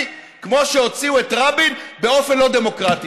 כמו שהוציאו את רבין באופן לא דמוקרטי.